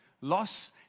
Loss